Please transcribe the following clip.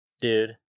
dude